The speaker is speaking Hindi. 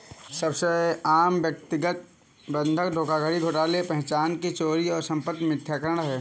सबसे आम व्यक्तिगत बंधक धोखाधड़ी घोटाले पहचान की चोरी और संपत्ति मिथ्याकरण है